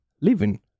living